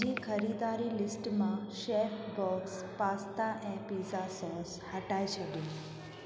मुंहिंजी ख़रीदारी लिस्ट मां शेफ बॉस पास्ता ऐं पिज़्ज़ा सॉस हटाए छॾियो